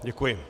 Děkuji.